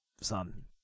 son